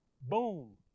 Boom